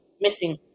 missing